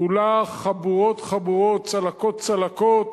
כולה חבורות-חבורות, צלקות-צלקות.